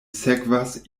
sekvas